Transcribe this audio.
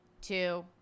two